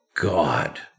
God